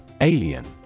Alien